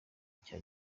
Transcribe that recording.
icya